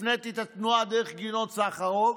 הפניתי את התנועה דרך גינות סחרוב,